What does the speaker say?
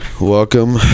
welcome